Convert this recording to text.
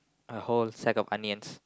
a whole sack of onions